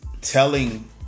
telling